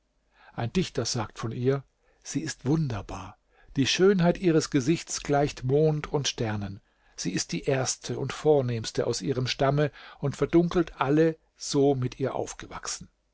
ein dichter sagt von ihr sie ist wunderbar die schönheit ihres gesichts gleicht mond und sternen sie ist die erste und vornehmste aus ihrem stamme und verdunkelt alle so mit ihr aufgewachsen